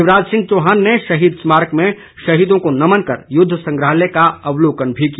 शिवराज चौहान ने शहीद स्मारक में शहीदों को नमन कर युद्ध संग्रहालय का अवलोकन भी किया